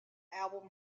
album